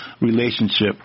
relationship